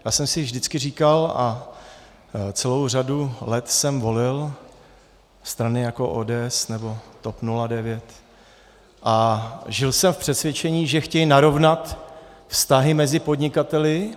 Já jsem si vždycky říkal, a celou řadu let jsem volil strany jako ODS nebo TOP 09 a žil jsem v přesvědčení, že chtějí narovnat vztahy mezi podnikateli.